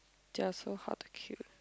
they are so hard to kill